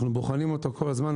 אנחנו בוחנים אותו כל הזמן.